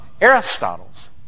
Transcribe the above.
Aristotle's